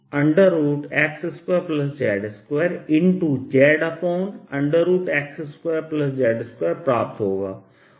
अतः dB02πKdxx2z2zx2z2 प्राप्त होगा